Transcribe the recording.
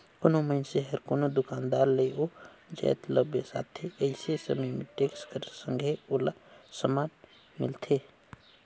कोनो मइनसे हर कोनो दुकानदार ले ओ जाएत ल बेसाथे अइसे समे में टेक्स कर संघे ओला समान मिलथे